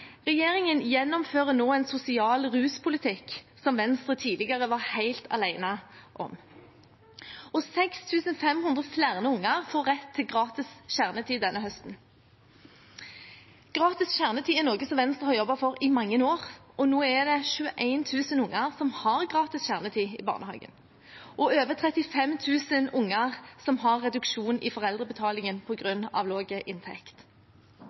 Regjeringen gjennomfører nå en sosial ruspolitikk som Venstre tidligere var helt alene om. 6 500 flere unger får rett til gratis kjernetid denne høsten. Gratis kjernetid er noe som Venstre har jobbet for i mange år, og nå er det 21 000 unger som har gratis kjernetid i barnehagen, og for over 35 000 unger er det reduksjon i foreldrebetalingen på grunn av